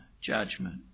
Judgment